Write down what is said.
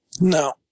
No